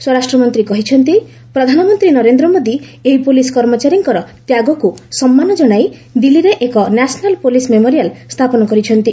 ସ୍ୱରାଷ୍ଟ୍ରମନ୍ତ୍ରୀ କହିଛନ୍ତି ପ୍ରଧାନମନ୍ତ୍ରୀ ନରେନ୍ଦ୍ର ମୋଦି ଏହି ପୋଲିସ୍ କର୍ମଚାରୀଙ୍କର ତ୍ୟାଗକୁ ସମ୍ମାନ ଜଣାଇ ଦିଲ୍ଲୀରେ ଏକ ନ୍ୟାସନାଲ୍ ପୋଲିସ୍ ମେମୋରିଆଲ୍ ସ୍ଥାପନ କରିଛନ୍ତି